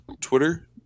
Twitter